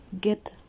get